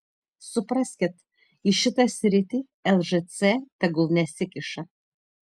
supraskit į šitą sritį lžc tegul nesikiša